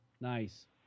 Nice